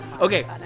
Okay